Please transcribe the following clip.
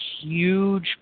huge